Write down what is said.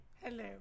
Hello